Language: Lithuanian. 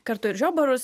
kartu ir žiobarus